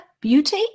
beauty